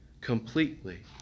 completely